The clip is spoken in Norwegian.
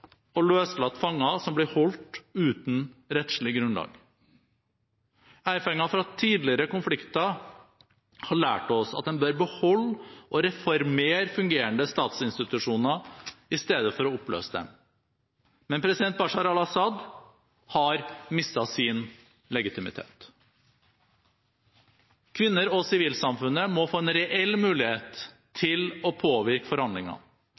og løslate fanger som blir holdt uten rettslig grunnlag. Erfaringer fra tidligere konflikter har lært oss at en bør beholde og reformere fungerende statsinstitusjoner i stedet for å oppløse dem. Men president Bashar al-Assad har mistet sin legitimitet. Kvinner og sivilsamfunnet må få en reell mulighet til å påvirke forhandlingene.